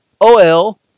ol